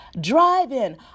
Drive-In